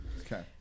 Okay